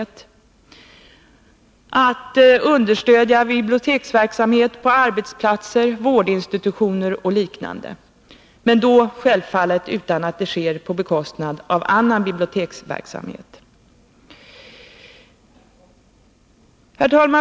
Inte minst viktigt är att understödja biblioteksverksamhet på arbetsplatser, vårdinstitutioner och liknande — men då självfallet utan att det sker på bekostnad av annan biblioteksverksamhet.